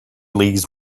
leagues